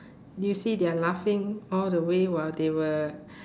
you see they're laughing all the way while they were